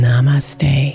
Namaste